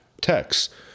texts